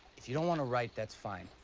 if you don't want to write, that's fine.